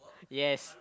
yes